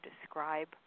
describe